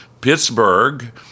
Pittsburgh